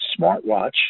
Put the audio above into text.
smartwatch